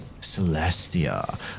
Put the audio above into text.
Celestia